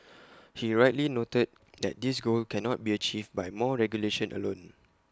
he rightly noted that this goal cannot be achieved by more regulation alone